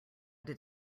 did